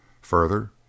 Further